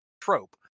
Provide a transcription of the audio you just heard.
trope